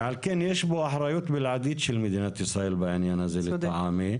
על כן יש פה אחריות בלעדית של מדינת ישראל בעניין הזה לטעמי.